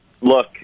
Look